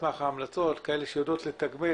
- שיודעות לתגמל.